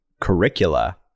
Curricula